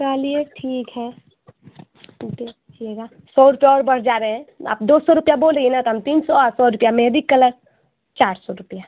चलिए ठीक है रखिएगा सौ रुपया और बढ़ जा रहे हैं आप दो सौ रुपया बोल रही हैं ना तो हम तीन सौ सौ रुपया मेहंदी कलर चार सौ रुपया